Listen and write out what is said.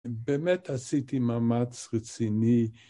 ‫באמת עשיתי מאמץ רציני.